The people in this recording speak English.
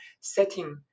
setting